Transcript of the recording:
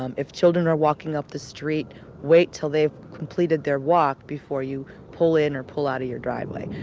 um if children are walking up the street, wait till they've completed their walk before you pull in or pull out of your driveway.